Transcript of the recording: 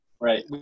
Right